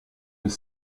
des